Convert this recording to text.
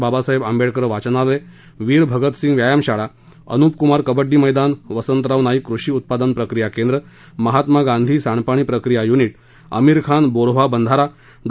बाबासाहेब आंबेडकर वाचनालय विर भगतसिंग व्यायामशाळा अनुपकुमार कबङ्डी मैदान वसंतराव नाईक कृषी उत्पादन प्रक्रिया केंद्र महात्मा गांधी सांडपाणी प्रक्रिया युनिट अमीरखान बोरव्हा बंधारा डॉ